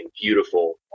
beautiful